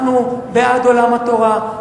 אנחנו בעד עולם התורה,